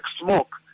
smoke